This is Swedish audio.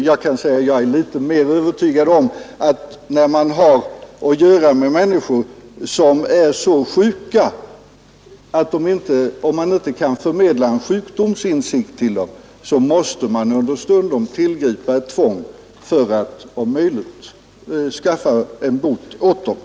Jag är för min del litet mer övertygad om att man, när man som här har att göra med människor som ibland är så sjuka att man inte kan förmedla en sjukdomsinsikt till dem, understundom måste tillgripa tvång för att om möjligt kunna hjälpa dem till bättring.